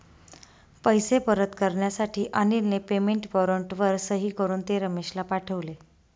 पैसे परत करण्यासाठी अनिलने पेमेंट वॉरंटवर सही करून ते रमेशला पाठवले